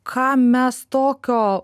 ką mes tokio